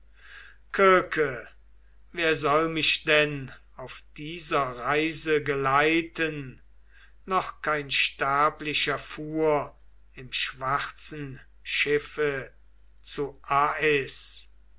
wer soll mich denn auf dieser reise geleiten noch kein sterblicher fuhr im schwarzen schiffe zu